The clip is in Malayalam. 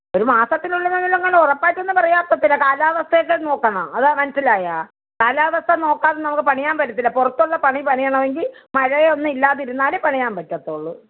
ഒരു മാസത്തിൽ ഉറപ്പായിട്ടൊന്നും പറയാൻ പറ്റില്ല കാലാവസ്ഥ ഒക്കെ നോക്കണം അത് മനസ്സിലായോ കാലാവസ്ഥ നോക്കാതെ നമുക്ക് പണിയാൻ പറ്റില്ല പുറത്തുള്ള പണി പണിയണം എങ്കിൽ മഴയൊന്നും ഇല്ലാതിരുന്നാലേ പണിയാൻ പറ്റുള്ളൂ